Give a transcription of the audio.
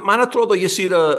man atrodo jis yra